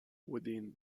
within